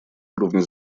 уровни